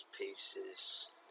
pieces